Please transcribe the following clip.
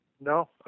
no